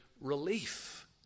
relief